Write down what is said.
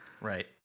Right